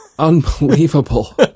Unbelievable